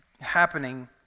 happening